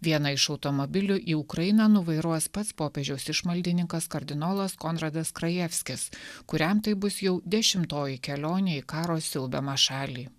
vieną iš automobilių į ukrainą nuvairuos pats popiežiaus išmaldininkas kardinolas konradas krajevskis kuriam tai bus jau dešimtoji kelionė į karo siaubiamą šalį